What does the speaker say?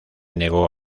negó